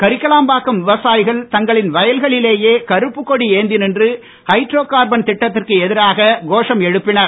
கரிக்கலாம்பாக்கம் விவசாயிகள் தங்களின் வயல்களிலேயே கருப்புகொடி ஏந்தி நின்று ஹைட்ரோ கார்பன் திட்டத்திற்கு எதிராக கோஷம் எழுப்பினர்